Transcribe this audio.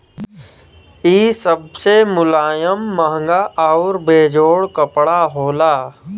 इ सबसे मुलायम, महंगा आउर बेजोड़ कपड़ा होला